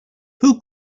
who